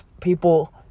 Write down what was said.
people